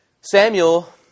Samuel